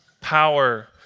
power